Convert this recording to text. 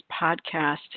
podcast